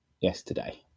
yesterday